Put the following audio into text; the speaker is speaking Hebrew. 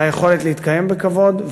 והיכולת להתקיים בכבוד,